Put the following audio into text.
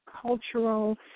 cultural